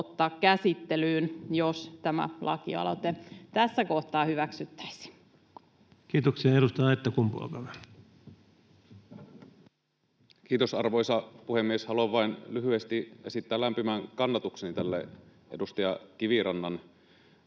ottaa käsittelyyn, jos tämä lakialoite tässä kohtaa hyväksyttäisiin. Kiitoksia. — Edustaja Aittakumpu, olkaa hyvä. Kiitos, arvoisa puhemies! Haluan vain lyhyesti esittää lämpimän kannatukseni tälle edustaja Kivirannan